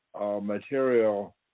material